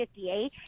58